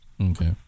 Okay